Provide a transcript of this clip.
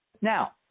Now